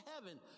heaven